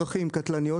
--- לא,